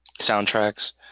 soundtracks